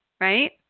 right